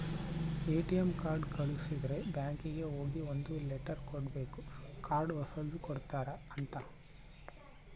ATM card ಕಳುದ್ರೆ ಬ್ಯಾಂಕಿಗೆ ಹೋಗಿ ಒಂದ್ ಲೆಟರ್ ಕೊಡ್ಬೇಕು ಕಾರ್ಡ್ ಹೊಸದ ಕೊಡ್ರಿ ಅಂತ